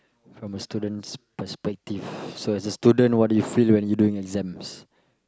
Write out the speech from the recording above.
from the student's perspective so as a student what do you feel when you doing exams